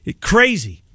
Crazy